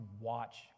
watch